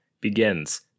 Begins